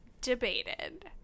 debated